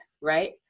right